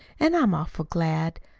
an' i'm awful glad.